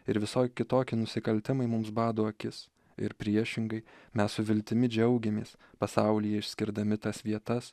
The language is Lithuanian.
ir visokie kitokie nusikaltimai mums bado akis ir priešingai mes su viltimi džiaugiamės pasaulyje išskirdami tas vietas